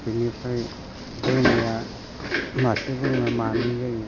बिनिफ्राय बोरमाया मासे बोनो मानै जायो